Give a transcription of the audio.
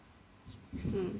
mm